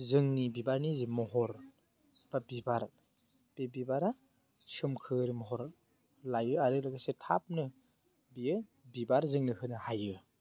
जोंनि बिबारनि जे महर बा बिबार बे बिबारा सोमखोर महर लायोे आरो लोगोसे थाबनो बियो बिबार जोंनो होनो हायो